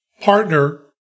partner